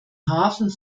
hafen